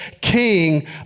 King